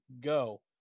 go